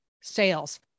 sales